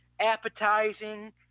appetizing